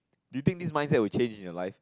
do you think this mindset will change in your life